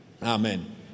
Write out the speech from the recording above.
Amen